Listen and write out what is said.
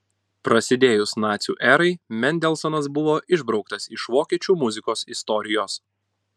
prasidėjus nacių erai mendelsonas buvo išbrauktas iš vokiečių muzikos istorijos